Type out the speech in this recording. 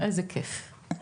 איזה כיף.